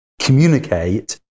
Communicate